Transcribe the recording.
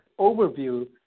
overview